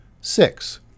Six